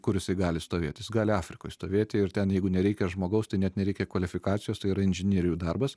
kur jisai gali stovėt jis gali afrikoj stovėti ir ten jeigu nereikia žmogaus tai net nereikia kvalifikacijos tai yra inžinerijų darbas